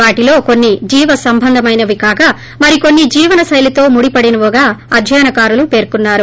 వాటిలో కొన్సి జీవసంబంధమైనవి కాగా మరికొన్ని జీవనశైలితో ముడిపడినివిగా అధ్యాయనకారులు పేర్కొన్నారు